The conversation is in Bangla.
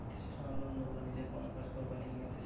পারসনাল লোন লোকরা নিজের কোন কাজ করবার লিগে নিতেছে